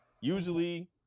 Usually